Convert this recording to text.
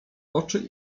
oczy